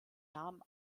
namen